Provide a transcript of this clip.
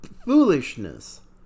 foolishness